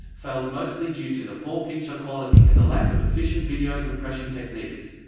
failed mostly due to the poor picture quality and the lack of efficient video compression techniques.